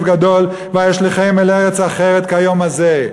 גדול וישלכם אל ארץ אחרת כיום הזה".